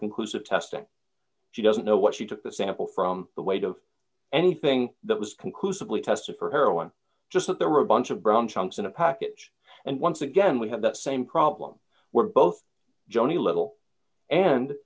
conclusive testing she doesn't know what she took the sample from the weight of anything that was conclusively tested for heroin just that there were a bunch of brown chunks in a package and once again we have the same problem were both jony little and